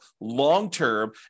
long-term